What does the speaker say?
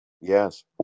Yes